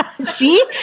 See